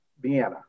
Vienna